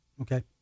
Okay